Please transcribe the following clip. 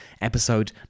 episode